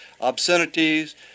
obscenities